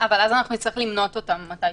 אבל אז נצטרך למנות אותם בהמשך.